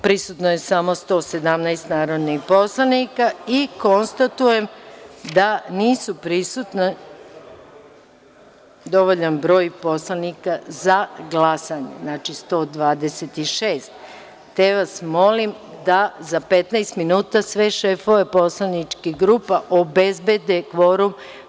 Prisutno je samo 117 narodnih poslanika i konstatujem da nije prisutan dovoljan broj poslanika za glasanje, znači 126, te vas molim da za 15 minuta sve šefove poslaničkih obezbede kvorum.